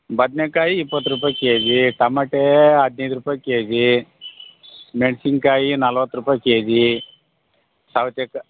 ಬದನೆಕಾಯಿ ಇಪ್ಪತ್ತು ರೂಪಾಯಿ ಕೆ ಜಿ ಟಮಟೆ ಹದಿನೈದು ರೂಪಾಯಿ ಕೆ ಜಿ ಮೆಣ್ಸಿನಕಾಯಿ ನಲ್ವತ್ತು ರೂಪಾಯಿ ಕೆ ಜಿ ಸೌತೆಕಾ